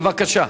בבקשה.